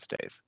days